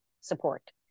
support